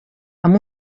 amb